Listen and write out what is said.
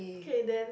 K then